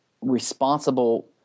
responsible